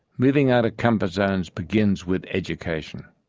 moving out of comfort zones begins with education.